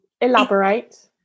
Elaborate